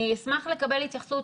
אני אשמח לקבל התייחסות,